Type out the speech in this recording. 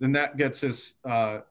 then that gets this